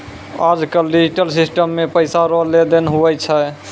आज कल digital system से पैसा रो लेन देन हुवै छै